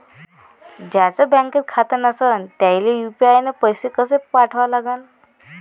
ज्याचं बँकेत खातं नसणं त्याईले यू.पी.आय न पैसे कसे पाठवा लागन?